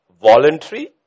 Voluntary